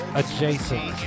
adjacent